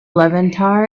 levanter